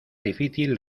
difícil